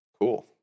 cool